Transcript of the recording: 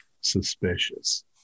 suspicious